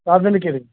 ರಾಜನ ಕೇರಿ